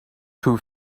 two